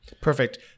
Perfect